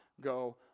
go